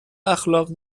اخلاق